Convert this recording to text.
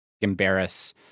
embarrass